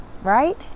Right